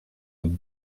would